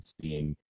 seeing